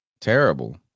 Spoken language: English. terrible